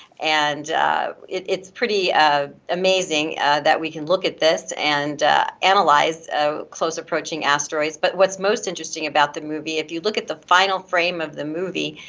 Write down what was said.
and it's pretty amazing that we can look at this, and analyze ah close-approaching asteroids, but what's most interesting about the movie, if you look at the final frame of the movie,